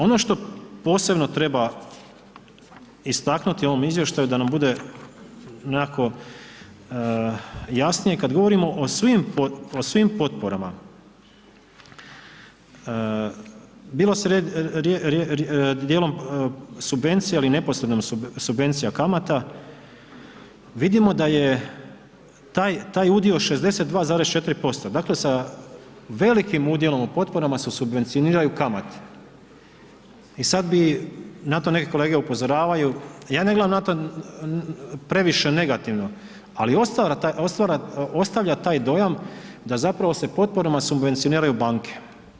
Ono što posebno treba istaknuti u ovom izvještaju da nam bude nekako jasnije, kad govorimo o svim potporama, bila dijelom subvencija ili neposredno subvencija kamata vidimo da je taj udio 62,4% dakle, sa velikim udjelom u potporama se subvencioniraju kamati i sad bi, na to neke kolege upozoravaju, ja ne gledam na to previše negativno, ali ostavlja taj dojam da zapravo se potporama subvencioniraju banke.